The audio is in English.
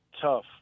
tough